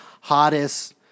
hottest